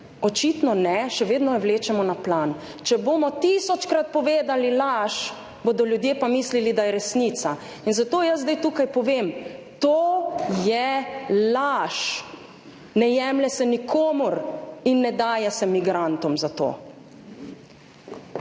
očitno ne, še vedno jo vlečemo na plan. Če bomo tisočkrat povedali laž, bodo ljudje pa mislili, da je resnica in zato jaz zdaj tukaj povem, to je laž, ne jemlje se nikomur in ne daje se migrantom za to.